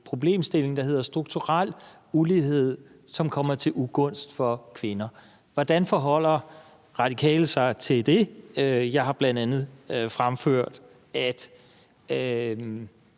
problemstilling, der hedder strukturel ulighed, som er til ugunst for kvinder. Hvordan forholder Radikale sig til det? Jeg har bl.a. fremført, at